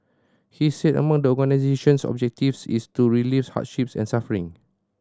he said among the organisation's objectives is to relieve hardships and suffering